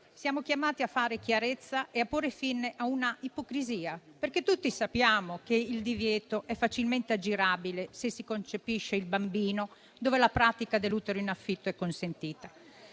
siamo chiamati a fare chiarezza e a porre fine a una ipocrisia, perché tutti sappiamo che il divieto è facilmente aggirabile, se si concepisce il bambino dove la pratica dell'utero in affitto è consentita.